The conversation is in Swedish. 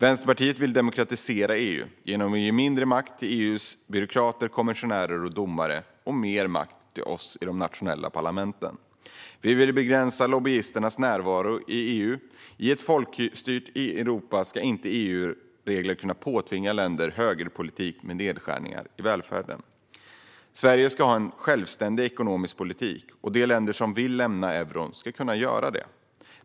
Vänsterpartiet vill demokratisera EU genom att ge mindre makt till EU:s byråkrater, kommissionärer och domare och mer makt till oss i de nationella parlamenten. Vi vill begränsa lobbyisternas närvaro i EU. I ett folkstyrt Europa ska inte EU:s regler kunna påtvinga länder högerpolitik med nedskärningar i välfärden. Sverige ska ha en självständig ekonomisk politik, och de länder som vill lämna euron ska kunna göra det.